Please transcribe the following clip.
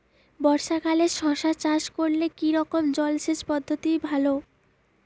বর্ষাকালে শশা চাষ করলে কি রকম জলসেচ পদ্ধতি ভালো?